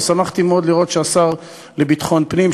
ושמחתי מאוד לראות שהשר לביטחון פנים,